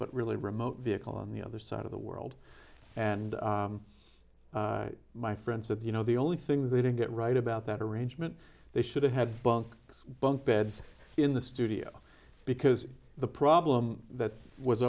but really remote vehicle on the other side of the world and my friend said you know the only thing they didn't get right about that arrangement they should have had bunk bunk beds in the studio because the problem that was